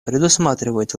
предусматривает